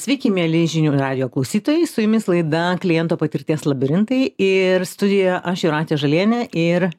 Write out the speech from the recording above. sveiki mieli žinių radijo klausytojai su jumis laida kliento patirties labirintai ir studijoje aš jūratė žalienė ir